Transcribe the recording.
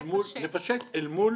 אל מול